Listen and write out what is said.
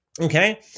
Okay